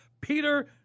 Peter